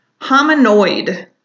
Hominoid